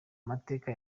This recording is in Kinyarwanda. mateka